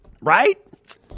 Right